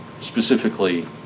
specifically